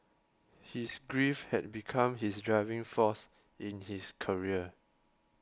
his grief had become his driving force in his career